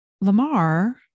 Lamar